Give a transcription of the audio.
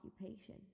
occupation